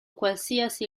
qualsiasi